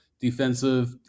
Defensive